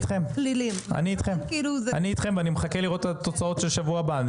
ואני מחכה לראות את התוצאות בשבוע הבא.